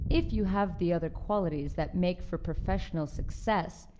if you have the other qualities that make for professional success,